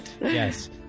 Yes